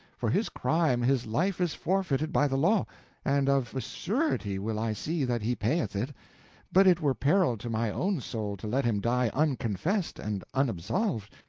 for his crime his life is forfeited by the law and of a surety will i see that he payeth it but it were peril to my own soul to let him die unconfessed and unabsolved.